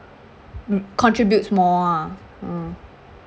mm contributes more ah uh